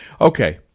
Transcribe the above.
okay